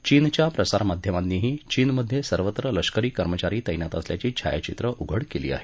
चीनच्या प्रसारमाध्यमांनीही चीनमधे सर्वत्र लष्करी कर्मचारी तत्तित असल्याची छायाचित्रं उघड केली आहेत